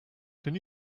can